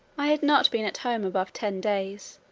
i had not been at home above ten days,